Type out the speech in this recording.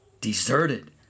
deserted